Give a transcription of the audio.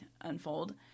unfold